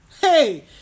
hey